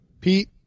Pete